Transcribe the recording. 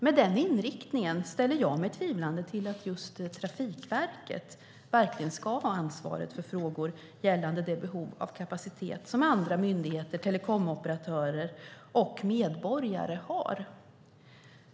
Med tanke på den inriktningen hos Televerket ställer jag mig tvivlande till att just Trafikverket verkligen ska ha ansvaret för frågor gällande det behov av kapacitet som andra myndigheter, telekomoperatörer och medborgare har.